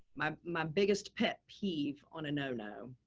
my my biggest pet peeve on a no-no.